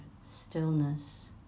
stillness